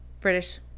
British